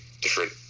different